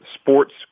sports